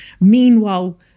Meanwhile